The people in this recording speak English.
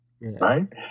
right